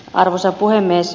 arvoisa puhemies